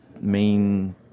main